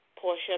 Portia